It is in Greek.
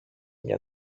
μια